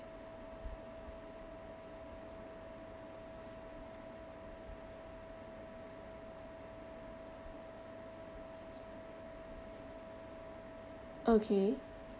okay